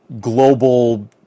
global